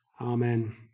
Amen